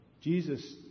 Jesus